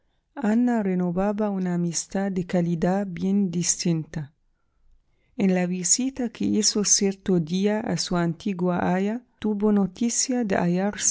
ana renovaba una amistad de calidad bien distinta en la visita que hizo cierto día a su antigua aya tuvo noticia de hallarse